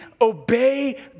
obey